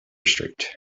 street